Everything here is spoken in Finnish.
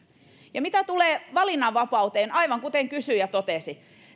ja mitä tulee valinnanvapauteen aivan kuten kysyjä totesi